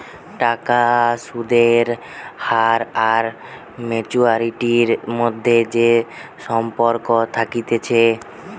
টাকার সুদের হার আর ম্যাচুয়ারিটির মধ্যে যে সম্পর্ক থাকতিছে